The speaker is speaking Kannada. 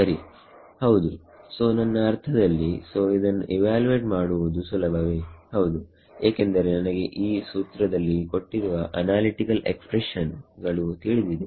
ಸರಿ ಹೌದು ಸೋ ನನ್ನ ಅರ್ಥದಲ್ಲಿ ಸೋ ಇದನ್ನು ಇವ್ಯಾಲುವೇಟ್ ಮಾಡುವುದು ಸುಲಭವೇ ಹೌದು ಏಕೆಂದರೆ ನನಗೆ ಈ ಸೂತ್ರದಲ್ಲಿ ಕೊಟ್ಟಿರುವ ಅನಾಲಿಟಿಕಲ್ ಎಕ್ಸ್ಪ್ರೆಷನ್ ಗಳು ತಿಳಿದಿದೆ